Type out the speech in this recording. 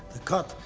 cut,